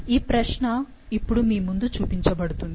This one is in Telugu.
ఈ ప్రశ్న ఇప్పుడు మీ ముందు చూపించబడుతుంది